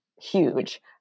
huge